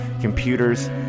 computers